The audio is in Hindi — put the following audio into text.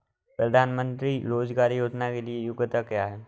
प्रधानमंत्री रोज़गार योजना के लिए योग्यता क्या है?